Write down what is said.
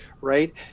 right